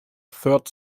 third